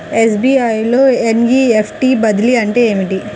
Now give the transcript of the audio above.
SBI లో NEFT బదిలీ అంటే ఏమిటి?